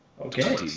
Okay